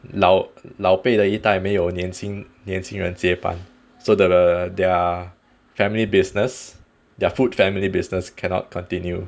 老老辈的一代没有年轻年轻人接班 so the their family business their food family business cannot continue